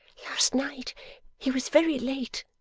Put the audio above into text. last night he was very late,